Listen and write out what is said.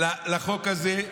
החוק הזה,